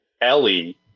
Ellie